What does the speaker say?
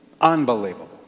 Unbelievable